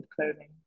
clothing